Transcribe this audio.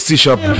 C-Shop